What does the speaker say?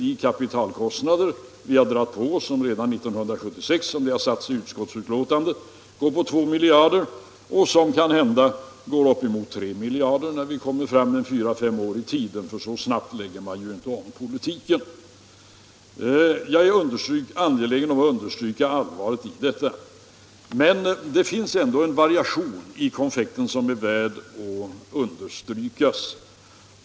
De kapitalkostnader vi har dragit på oss uppgår redan 1976, som det har sagts i utskottsbetänkandet, till 2 miljarder, och det kan hända att de når upp emot 3 miljarder när vi kommer fyra å fem år fram i tiden, för så snabbt lägger man ju inte om politiken. Jag är alltså angelägen om att understryka allvaret i detta, men det finns ändå en variation i konfekten som är värd att understrykas.